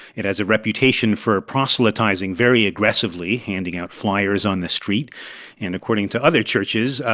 it has a reputation for proselytizing very aggressively, handing out flyers on the street and, according to other churches,